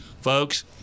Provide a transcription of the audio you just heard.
Folks